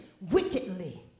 wickedly